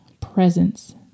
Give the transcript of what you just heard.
presence